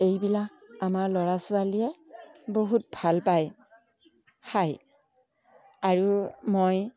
এইবিলাক আমাৰ ল'ৰা ছোৱালীয়ে বহুত ভাল পাই খায় আৰু মই